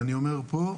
אני אומר פה,